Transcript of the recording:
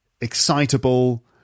excitable